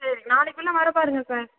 சரி நாளைக்குள்ளே வர பாருங்க சார்